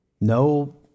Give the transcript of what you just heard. No